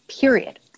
period